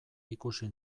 ikusi